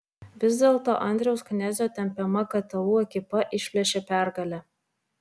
vis dėlto andriaus knezio tempiama ktu ekipa išplėšė pergalę